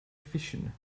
fission